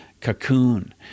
cocoon